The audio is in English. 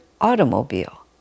automobile